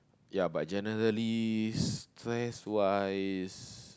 ya but generally stress wise